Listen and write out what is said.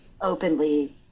openly